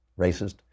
racist